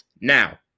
Now